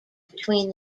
between